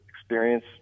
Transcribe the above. experience